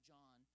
John